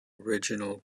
original